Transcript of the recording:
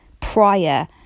prior